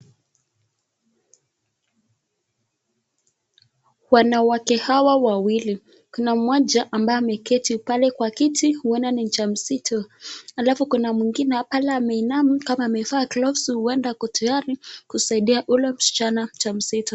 Wanawake hawa wawili, kuna mmoja ambaye ameketi pale kwa kiti huenda ni mjamzito. Alafu kuna mwingine pale ameinama, kama amevaa gloves huenda ako tayari, kusaidia yule msichana mjamzito.